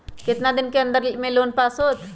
कितना दिन के अन्दर में लोन पास होत?